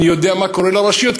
אני יודע מה קורה לרשויות,